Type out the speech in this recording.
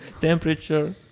temperature